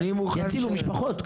יצילו משפחות.